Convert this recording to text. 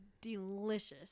delicious